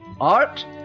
Art